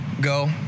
go